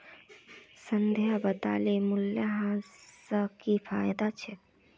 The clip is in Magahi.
संध्या बताले मूल्यह्रास स की फायदा छेक